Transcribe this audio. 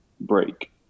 break